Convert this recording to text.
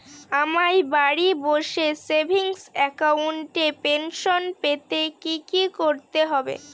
আমায় বাড়ি বসে সেভিংস অ্যাকাউন্টে পেনশন পেতে কি কি করতে হবে?